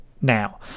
now